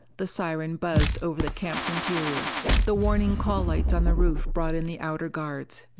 the siren buzzed over the camp's interior the warning call-lights on the roof brought in the outer guards.